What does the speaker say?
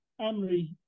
Amri